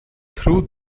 through